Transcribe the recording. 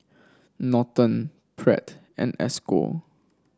Norton Pratt and Esco